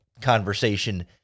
conversation